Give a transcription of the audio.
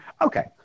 Okay